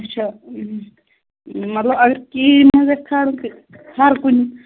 اچھا مَطلَب اَگَر کیٖرٕ مَنٛز آسہِ کھارُن تہِ ہَر کُنہِ